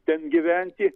ten gyventi